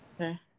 okay